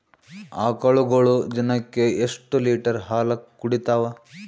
ಆಕಳುಗೊಳು ದಿನಕ್ಕ ಎಷ್ಟ ಲೀಟರ್ ಹಾಲ ಕುಡತಾವ?